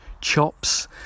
chops